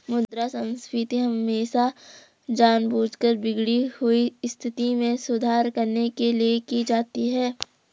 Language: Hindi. मुद्रा संस्फीति हमेशा जानबूझकर बिगड़ी हुई स्थिति में सुधार करने के लिए की जाती है